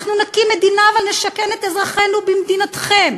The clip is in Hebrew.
אנחנו נקים מדינה, אבל נשכן את אזרחינו במדינתכם.